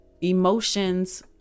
emotions